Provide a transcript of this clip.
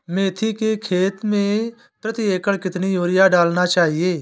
मेथी के खेती में प्रति एकड़ कितनी यूरिया डालना चाहिए?